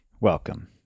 Welcome